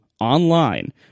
online